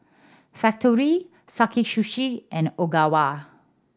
Factorie Sakae Sushi and Ogawa